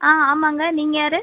ஆ ஆமாம்ங்க நீங்கள் யார்